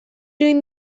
doing